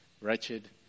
wretched